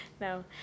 No